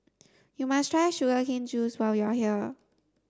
you must try sugar cane juice while you are here